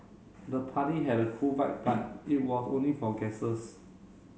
the party had a cool vibe but it was only for guests